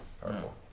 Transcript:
powerful